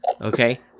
Okay